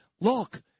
look